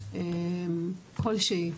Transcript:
כל שהיא,